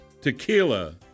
tequila